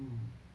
mm